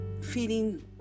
feeding